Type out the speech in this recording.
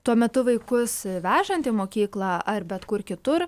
tuo metu vaikus vežant į mokyklą ar bet kur kitur